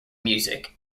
music